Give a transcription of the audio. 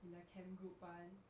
in the camp group [one]